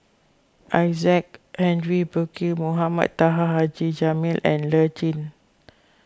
Isaac Henry Burkill Mohamed Taha Haji Jamil and Lee Tjin